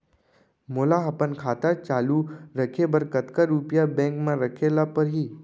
मोला अपन खाता चालू रखे बर कतका रुपिया बैंक म रखे ला परही?